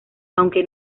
aunque